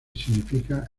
significa